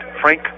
Frank